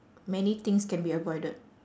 many things can be avoided